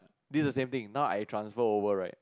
this is the same thing now I transfer over right